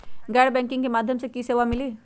गैर बैंकिंग के माध्यम से की की सेवा मिली?